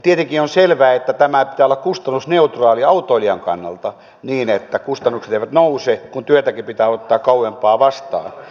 tietenkin on selvää että tämän pitää olla kustannusneutraali autoilijan kannalta niin että kustannukset eivät nouse kun työtäkin pitää ottaa kauempaa vastaan